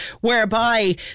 whereby